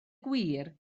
gwir